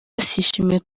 yishimiye